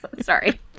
sorry